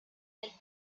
del